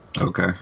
Okay